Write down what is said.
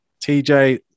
TJ